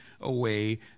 away